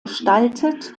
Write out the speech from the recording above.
gestaltet